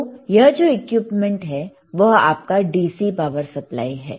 तो यह जो इक्विपमेंट है वह आपका DC पावर सप्लाई है